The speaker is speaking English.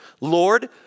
Lord